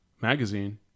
Magazine